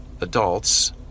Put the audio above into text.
adults